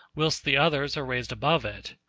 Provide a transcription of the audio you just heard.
whilst the others are raised above it.